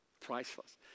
Priceless